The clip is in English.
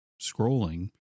scrolling